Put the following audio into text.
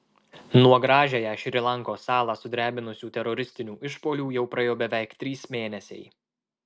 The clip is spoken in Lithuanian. nuo gražiąją šri lankos salą sudrebinusių teroristinių išpuolių jau praėjo beveik trys mėnesiai